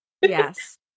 Yes